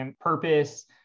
purpose